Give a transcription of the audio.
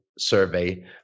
survey